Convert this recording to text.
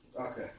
Okay